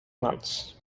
months